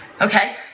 Okay